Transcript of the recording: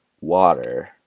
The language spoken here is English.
water